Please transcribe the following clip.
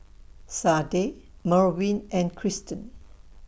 Sade Merwin and Krysten